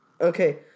Okay